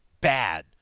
bad